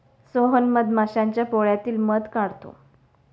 सोहन मधमाश्यांच्या पोळ्यातील मध काढतो